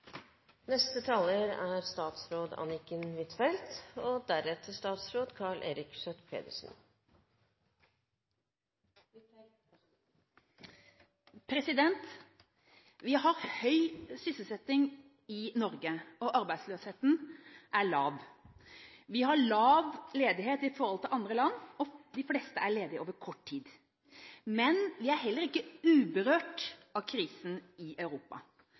Vi har høy sysselsetting i Norge, og arbeidsløsheten er lav. Vi har lav ledighet i forhold til andre land, og de fleste er ledige over kort tid. Men vi er heller ikke uberørt av krisen i Europa.